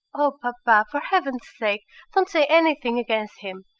oh, papa, for heaven's sake don't say anything against him!